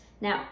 Now